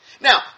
Now